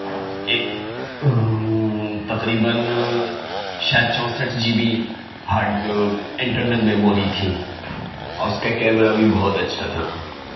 تقريباً شاید چونسٹھ جى بى ہارڈ انٹرنل میموری تھی اور اس کا کیمرہ بھی بہت اچھا تھا